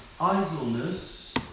Idleness